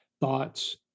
thoughts